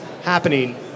happening